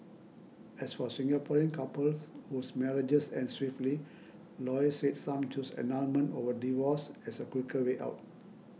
as for Singaporean couples whose marriages end swiftly lawyers said some choose annulment over divorce as a quicker way out